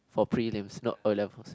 for prelims not O levels